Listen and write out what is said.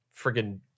friggin